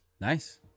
Nice